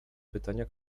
pytania